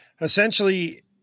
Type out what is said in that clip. Essentially